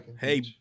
hey